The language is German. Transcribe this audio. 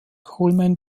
coleman